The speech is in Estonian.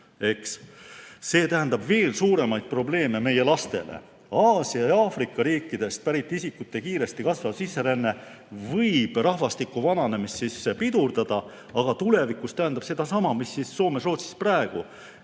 See tähendab veel suuremaid probleeme meie lastele. Aasia ja Aafrika riikidest pärit isikute kiiresti kasvav sisseränne võib rahvastiku vananemist pidurdada, aga tulevikus tähendab see sedasama, mis Soomes-Rootsis praegu: